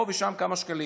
פה ושם כמה שקלים.